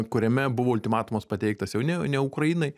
kuriame buvo ultimatumas pateiktas jau ne ne ukrainai